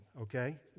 okay